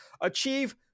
Achieve